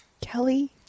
kelly